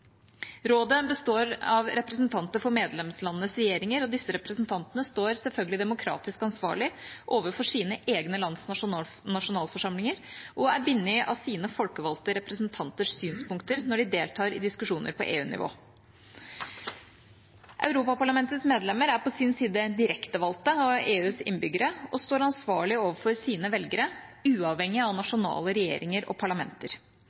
Rådet består av representanter for medlemslandenes regjeringer. Disse representantene står selvfølgelig demokratisk ansvarlig overfor sine egne lands nasjonalforsamlinger og er bundet av sine folkevalgte representanters synspunkter når de deltar i diskusjoner på EU-nivå. Europaparlamentets medlemmer er på sin side direktevalgt av EUs innbyggere og står ansvarlig overfor sine velgere, uavhengig av nasjonale regjeringer og parlamenter.